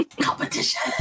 Competition